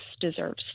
deserves